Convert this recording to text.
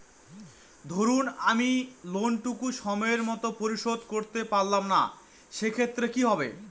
ধরুন আমি লোন টুকু সময় মত পরিশোধ করতে পারলাম না সেক্ষেত্রে কি হবে?